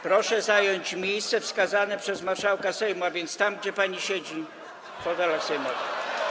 Proszę zająć miejsce wskazane przez marszałka Sejmu, a więc tam, gdzie pani siedzi, w fotelach sejmowych.